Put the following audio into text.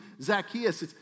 Zacchaeus